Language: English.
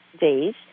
days